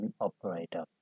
operator